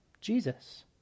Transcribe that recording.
Jesus